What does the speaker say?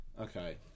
Okay